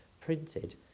printed